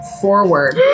forward